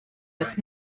des